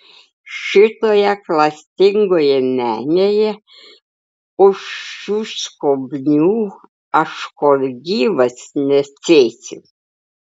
šitoje klastingoje menėje už šių skobnių aš kol gyvas nesėsiu